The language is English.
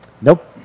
Nope